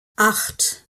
acht